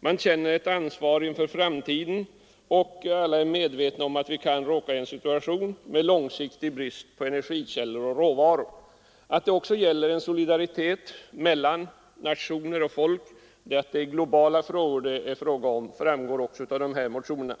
Man känner ett ansvar inför framtiden, och alla är medvetna om att vi kan råka i en situation med långsiktig brist på energikällor och råvaror. Att det också gäller en solidaritet mellan nationer och folk, att det är globala frågor det rör sig om, framgår även av motionerna.